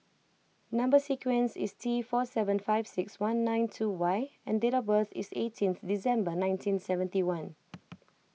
Number Sequence is T four seven five six one nine two Y and date of birth is eighteenth December nineteen seventy one